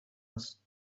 است